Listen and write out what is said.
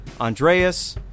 Andreas